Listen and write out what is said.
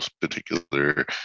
particular